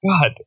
God